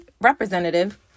representative